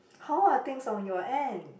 how are things on your end